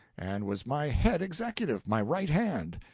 and was my head executive, my right hand.